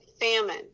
Famine